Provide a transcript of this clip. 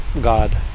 God